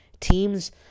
teams